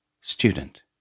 Student